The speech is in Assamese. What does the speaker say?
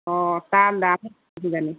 অঁ তাৰ কিজানি